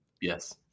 Yes